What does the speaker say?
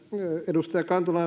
edustaja kantola